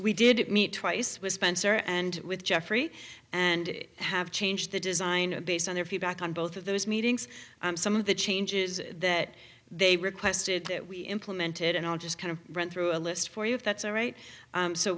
we did it meet twice with spencer and with jeffrey and have changed the design based on their feedback on both of those meetings some of the changes that they requested that we implemented and i'll just kind of run through a list for you if that's all right